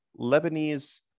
Lebanese